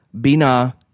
Bina